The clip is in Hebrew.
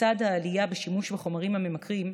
לצד העלייה בשימוש בחומרים הממכרים,